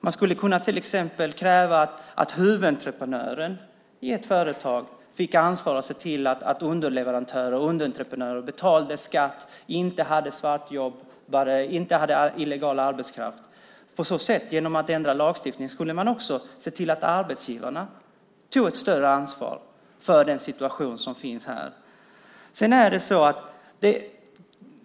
Man skulle exempelvis kunna kräva att huvudentreprenören i ett företag fick ansvar för att se till att underleverantörer och underentreprenörer betalade skatt, inte hade svartjobbare, inte hade illegal arbetskraft. På så sätt skulle man genom att ändra lagstiftningen också se till att arbetsgivarna tog ett större ansvar för situationen.